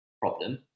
problem